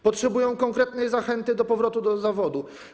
Potrzebują one konkretnej zachęty do powrotu do zawodu.